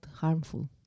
harmful